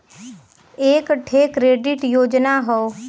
एक ठे क्रेडिट योजना हौ